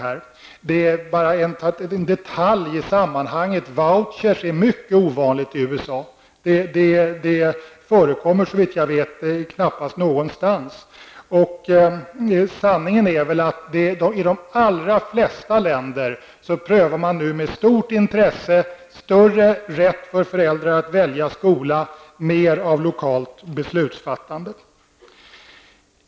För att bara ta en detalj i detta sammanhang: Vouchers är mycket ovanligt i USA och förekommer såvitt jag vet knappast någonstans. Sanningen är väl den att man i de allra flesta länder nu med stort intresse prövar att ge större rätt för föräldrar att välja skola och mer av lokalt beslutsfattande.